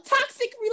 toxic